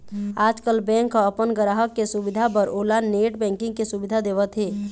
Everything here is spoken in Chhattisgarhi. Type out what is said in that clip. आजकाल बेंक ह अपन गराहक के सुबिधा बर ओला नेट बैंकिंग के सुबिधा देवत हे